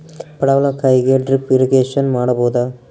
ಪಡವಲಕಾಯಿಗೆ drip irrigation ಮಾಡಬೋದ?